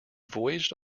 voyaged